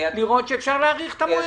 לראות שאפשר להאריך את המועד.